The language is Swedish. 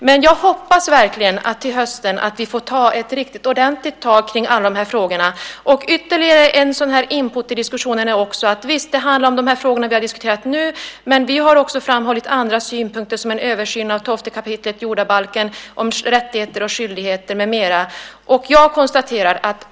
Men jag hoppas verkligen att vi till hösten får ta ett riktigt ordentligt tag i alla de här frågorna. Visst handlar diskussionen om de frågor vi har diskuterat nu, men ytterligare en input är de andra synpunkterna som vi har framhållit, som en översyn av 12 kap. jordabalken om rättigheter och skyldigheter med mera.